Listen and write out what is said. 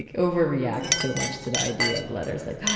like overreact so much to the idea of letters, like,